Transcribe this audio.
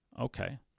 Okay